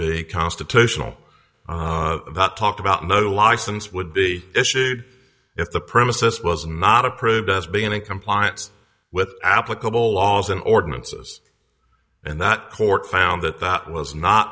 be constitutional that talked about no license would be issued if the premises was not approved as being in compliance with applicable laws and ordinances and that court found that that was not